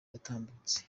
yatambutse